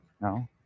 No